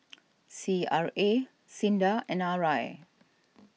C R A Sinda and R I